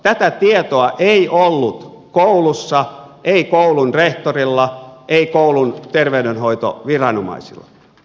tätä tietoa ei ollut koulussa ei koulun rehtorilla ei koulun terveydenhoitoviranomaisilla